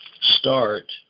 start